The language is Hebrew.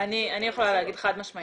אני יכולה להגיד שחד משמעית כן.